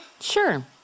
Sure